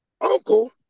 uncle